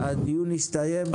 הדיון הסתיים.